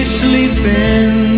sleeping